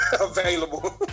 Available